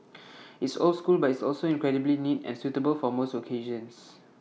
it's old school but it's also incredibly neat and suitable for most occasions